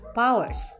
powers